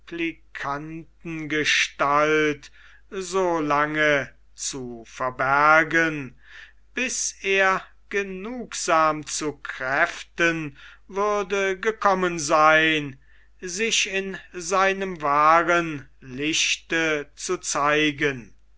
supplikantengestalt so lange zu verbergen bis er genugsam zu kräften würde gekommen sein sich in seinem wahren lichte zu zeigen